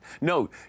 No